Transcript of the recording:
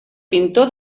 pintor